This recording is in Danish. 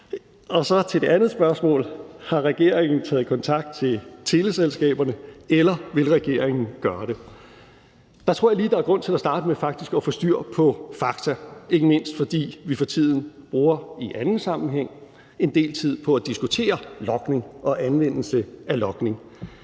Så til det andet spørgsmål: Har regeringen taget kontakt til teleselskaberne, eller vil regeringen gøre det? Der tror jeg faktisk lige der er grund til at starte med at få styr på fakta, ikke mindst fordi vi for tiden i anden sammenhæng bruger en del tid på at diskutere logning og anvendelse af logning.